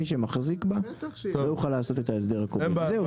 מי שמחזיק בה לא יוכל לעשות את ההסדר הכובל.